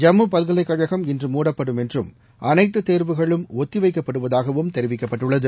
ஜம்மு பல்கலைக்கழகம் இன்று மூடப்படும் என்றும் அனைத்து தேர்வுகளும் ஒத்திவைக்கப்படுவதாகவும் தெரிவிக்கப்பட்டுள்ளது